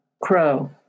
Crow